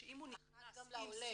אחת גם לעולה.